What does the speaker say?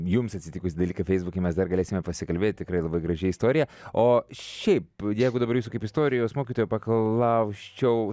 jums atsitikusį dalyką feisbuke mes dar galėsime pasikalbėt tikrai labai graži istorija o šiaip jeigu dabar jūsų kaip istorijos mokytojo paklausčiau